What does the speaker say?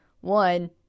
One